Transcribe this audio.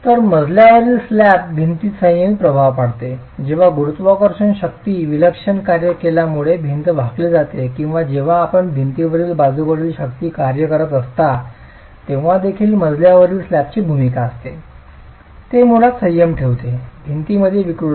तर मजल्यावरील स्लॅब भिंतीवर संयमित प्रभाव पाडते जेव्हा गुरुत्वाकर्षण शक्ती विलक्षण कार्य केल्यामुळे भिंत वाकली जाते किंवा जेव्हा आपण भिंतीवर बाजूकडील शक्ती कार्य करत असता तेव्हा देखील मजल्यावरील स्लॅबची भूमिका असते ते मुळात संयम ठेवते भिंत मध्ये विकृती